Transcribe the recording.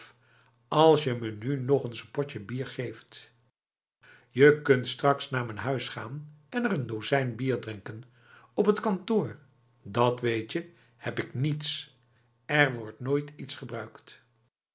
als je me nu nog n potje bier geeftb je kunt straks naar m'n huis gaan en er n dozijn bier drinken op t kantoor dat weetje heb ik niets er wordt nooit iets gebruikt